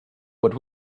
but